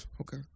okay